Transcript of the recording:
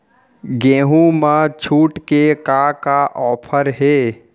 गेहूँ मा छूट के का का ऑफ़र हे?